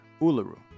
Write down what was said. Uluru